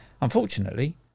Unfortunately